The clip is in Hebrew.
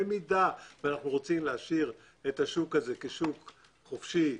אם אנחנו רוצים להשאיר את השוק הזה כשוק חופשי,